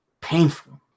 painful